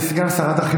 זה מה שאמרתי.